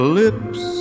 lips